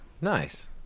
Nice